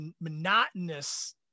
monotonous